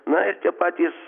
na ir tie patys